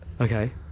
Okay